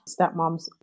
stepmoms